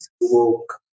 Woke